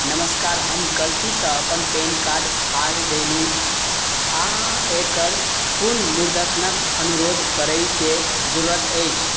नमस्कार हम गलतीसँ अपन पेन कार्ड फाड़ि देलहुँ आओर एकर पुनर्मुद्रणक अनुरोध करयके जरूरत अछि